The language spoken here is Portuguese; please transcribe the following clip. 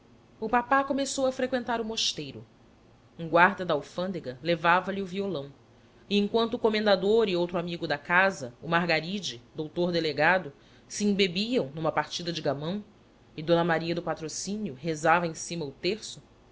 o papá começou a freqüentar o mosteiro um guarda da alfândega levava-lhe o violão e enquanto o comendador e outro amigo da casa o margaride doutor delegado se embebiam numa partida de gamão e d maria do patrocínio rezava em cima o terço